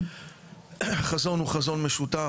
חזון הוא חזון משותף,